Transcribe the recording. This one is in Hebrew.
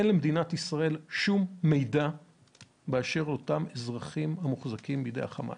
אין למדינת ישראל שום מידע באשר לאותם אזרחים המוחזקים בידי החמאס.